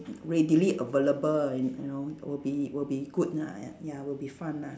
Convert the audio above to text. readily available you n~ you know will be will good lah ya ya will be fun ah